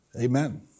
Amen